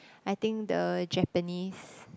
I think the Japanese